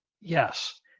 Yes